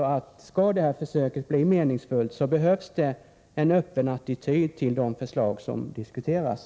Skall försöket bli meningsfullt, behövs det en öppen attityd till de förslag som diskuteras.